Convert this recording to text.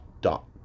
dot